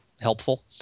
helpful